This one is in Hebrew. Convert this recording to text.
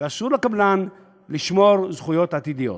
ואסור לקבלן לשמור זכויות עתידיות.